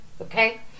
Okay